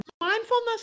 Mindfulness